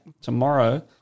tomorrow